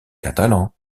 catalan